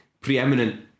preeminent